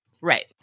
Right